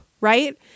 right